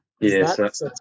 Yes